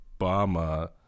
Obama